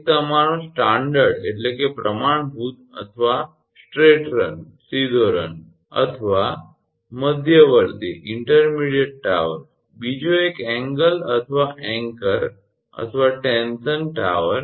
એક તમારો પ્રમાણભૂત અથવા સીધો રન અથવા મધ્યવર્તી ટાવર બીજો એક એંગલ અથવા એન્કર અથવા ટેન્શન ટાવર